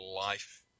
life